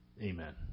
Amen